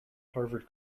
harvard